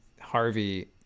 Harvey